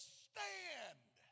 stand